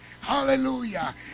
Hallelujah